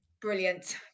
brilliant